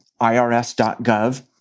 irs.gov